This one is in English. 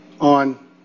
on